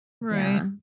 Right